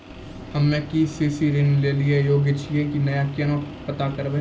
हम्मे के.सी.सी ऋण लेली योग्य छियै की नैय केना पता करबै?